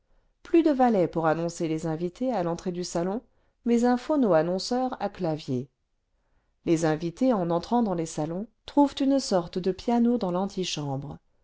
plus cle valet pour annoncer les invités à l'entrée du salon mais un phono annonceur à clavier les invités en entrant dans les salons trouvent une sorte de piano dans l'antichambre